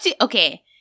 Okay